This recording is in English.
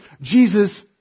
Jesus